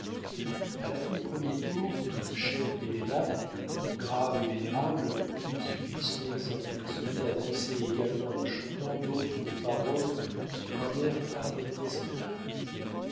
à la fin du premier tour un chef des lenapes grave et vénérable suivit son exemple et se mit à danser également en chantant d'autres paroles sur un air à peu près semblable